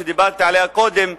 שדיברתי עליה קודם.